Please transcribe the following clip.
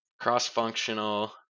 cross-functional